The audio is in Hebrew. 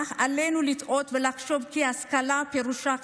אך אל לנו לטעות ולחשוב כי השכלה פירושה חינוך,